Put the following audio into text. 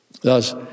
Thus